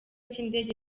cy’indege